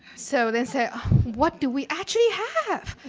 so they say what do we actually have?